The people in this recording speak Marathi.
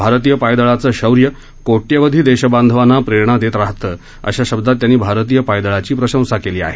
भारतीय पायदळाचं शौर्य कोट्यवधी देशबांधवांना प्रेरणा देत राहतं अशा शब्दात त्यांनी भारतीय पायदळाची प्रशंसा केली आहे